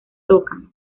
tocan